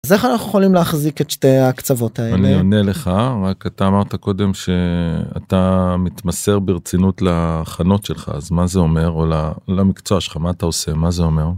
אז איך אנחנו יכולים להחזיק את שתי ה-קצוות האלה? אני עונה לך, רק אתה אמרת קודם ש...אתה... מתמסר ברצינות ל...הכנות שלך, אז מה זה אומר? או על ה...על המקצוע שלך. מה אתה עושה-מה זה אומר?